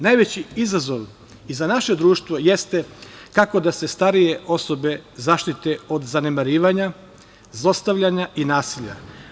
Najveći izazov i za naše društvo jeste, kako da se starije osobe zaštite od zanemarivanja, zlostavljanja i nasilja.